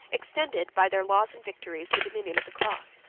extended, by their laws and victories, the dominion of the cross.